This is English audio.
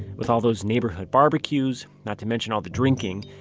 with all those neighborhood barbeques, not to mention all the drinking,